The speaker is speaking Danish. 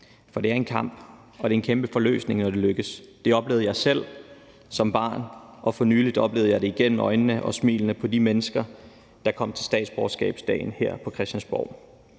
For det er en kamp, og det er en kæmpe forløsning, når det lykkes. Det oplevede jeg selv som barn, og for nylig oplevede jeg det igennem øjnene og smilene på de mennesker, der kom til statsborgerskabsdagen her på Christiansborg.